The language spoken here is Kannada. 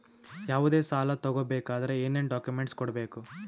ಯಾವುದೇ ಸಾಲ ತಗೊ ಬೇಕಾದ್ರೆ ಏನೇನ್ ಡಾಕ್ಯೂಮೆಂಟ್ಸ್ ಕೊಡಬೇಕು?